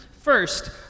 First